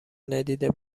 ندیده